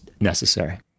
necessary